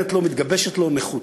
פתאום מתגבשת לו נכות.